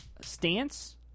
stance